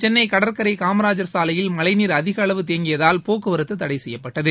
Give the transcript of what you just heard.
சென்னை கடற்கரை காமராஜர் சாவையில் மழைநீர் அதிகளவு தேங்கியதால் போக்குவரத்து தடை செய்யப்பட்டது